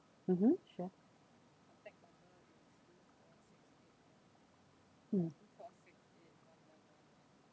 mmhmm sure mm